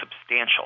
substantial